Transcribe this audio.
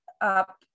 up